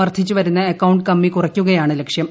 വർദ്ധിച്ചുവരുന്ന അക്കൌണ്ട് കമ്മി കുറയ്ക്കുകയാണ് ലക്ഷ്യം